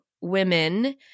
women